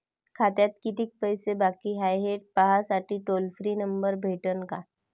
खात्यात कितीकं पैसे बाकी हाय, हे पाहासाठी टोल फ्री नंबर भेटन का?